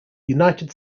united